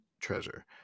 treasure